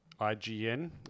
IGN